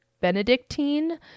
benedictine